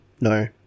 no